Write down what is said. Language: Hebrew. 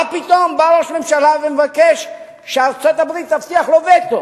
מה פתאום בא ראש ממשלה ומבקש שארצות-הברית תבטיח לו וטו?